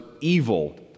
evil